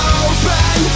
open